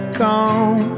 come